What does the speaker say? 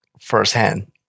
firsthand